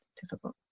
difficult